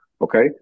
okay